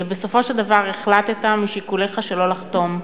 ובסופו של דבר החלטת, משיקוליך, שלא לחתום.